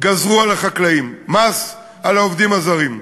גזרו על החקלאים, מס על העובדים הזרים.